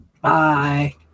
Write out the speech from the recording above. Bye